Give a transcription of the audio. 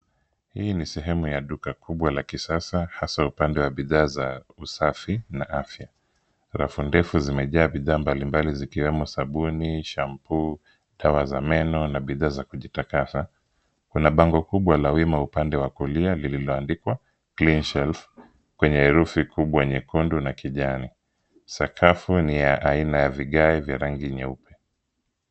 Hii ni sehemu ya duka kubwa la kisasa hasa upande wa bidhaa za usafi na afya. Rafu ndefu zimejaa bidhaa mbali mbali zikiwemo sabuni, (cs)shampoo(cs), dawa za meno na bidhaa za kujitakasa. Kuna bango kubwa la wima upande wa kulia lililoandikwa (cs)Cleanshelf(cs) kwenye herufi kubwa nyekundu na kijani. Sakafu ni ya aina ya vigae vya rangi nyeupe.